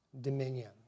dominion